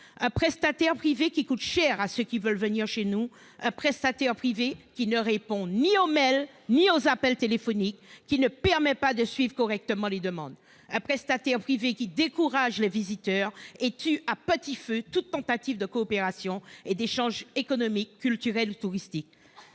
Ce prestataire privé, qui coûte cher à ceux qui veulent venir chez nous, ne répond ni aux mails ni aux appels téléphoniques, et ne permet pas de suivre correctement les demandes. Il décourage les visiteurs et tue à petit feu toute tentative de coopération ou d'échanges économiques, culturels ou touristiques.